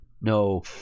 No